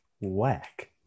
whack